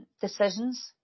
decisions